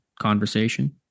conversation